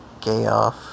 Gayoff